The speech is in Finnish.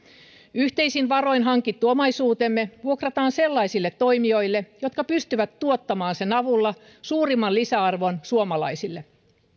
yhteisin varoin hankittu omaisuutemme vuokrataan sellaisille toimijoille jotka pystyvät tuottamaan sen avulla suurimman lisäarvon suomalaisille